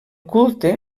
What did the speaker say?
culte